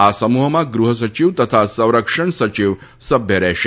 આ સમૂહમાં ગૃહ્સચિવ તથા સંરક્ષણ સચિવ સભ્ય રહેશે